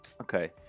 okay